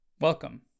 Welcome